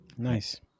nice